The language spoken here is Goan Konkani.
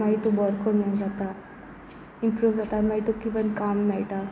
मागीर तूं बरो कोन्न जाता इम्प्रूव जाता आनी मागीर तुका इवन काम मेळटा